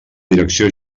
direcció